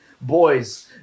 boys